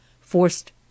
forced